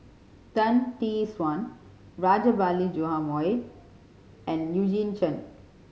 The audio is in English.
Tan Tee Suan Rajabali Jumabhoy and Eugene Chen